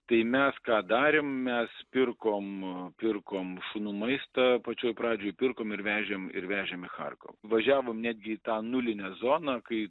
tai mes ką darėm mes pirkom pirkom šunų maistą pačioj pradžioj pirkom ir vežėm ir vežėm į charkovą važiavom netgi į tą nulinę zoną kai